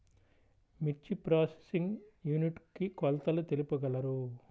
మిర్చి processing unit కి కొలతలు తెలుపగలరు?